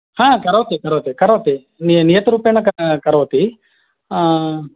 करोति करोति करोति नि नियतरूपेण करोति